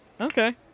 Okay